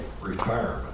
retirement